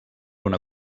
una